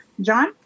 John